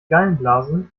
gallenblase